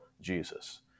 Jesus